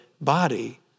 body